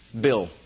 Bill